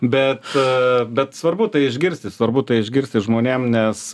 bet bet svarbu tai išgirsti svarbu tai išgirsti žmonėm nes